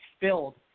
filled